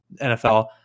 NFL